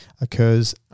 occurs